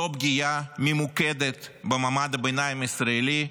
זו פגיעה ממוקדת במעמד הביניים הישראלי,